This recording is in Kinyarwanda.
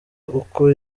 uko